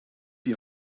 die